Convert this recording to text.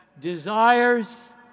desires